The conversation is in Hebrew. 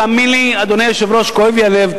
תאמין לי, אדוני היושב-ראש, כואב לי הלב.